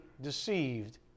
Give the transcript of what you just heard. deceived